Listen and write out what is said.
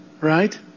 Right